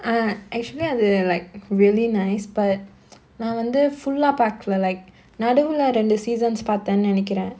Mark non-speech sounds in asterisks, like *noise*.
uh actually அது:athu like really nice but *noise* நா வந்து:naa vanthu full ah பாக்கல:paakkala like நடுவுல ரெண்டு:naduvula rendu seasons பாத்தேன் நெனைக்குற:paathaen nenaikkura